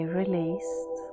released